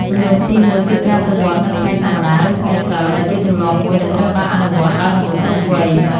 ទម្រង់ទីមួយគឺការទៅវត្តនៅថ្ងៃធម្មតាឬថ្ងៃសីល ដែលជាទម្លាប់មួយដែលត្រូវបានអនុវត្តដោយមនុស្សគ្រប់វ័យ។